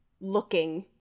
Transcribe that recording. looking